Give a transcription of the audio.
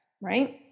Right